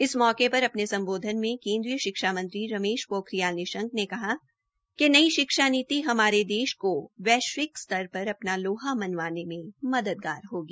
इस मौके पर अपने सम्बोध्न में केन्द्रीय शिक्षा मंत्री रमेश पोखरियाल निशंक ने कहा कि नई शिक्षा नीति हमारे देश को वैश्विक स्तर पर अपना लोहा मनवाने में मददगार होगी